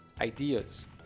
ideas